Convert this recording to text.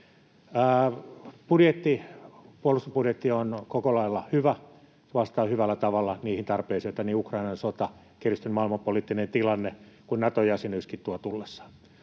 Puolustusbudjetti on koko lailla hyvä. Se vastaa hyvällä tavalla niihin tarpeisiin, joita niin Ukrainan sota, kiristynyt maailmanpoliittinen tilanne kuin Nato-jäsenyyskin tuovat tullessaan.